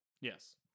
Yes